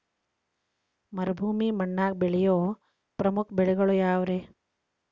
ಮರುಭೂಮಿ ಮಣ್ಣಾಗ ಬೆಳೆಯೋ ಪ್ರಮುಖ ಬೆಳೆಗಳು ಯಾವ್ರೇ?